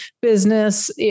business